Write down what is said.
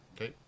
Okay